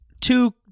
two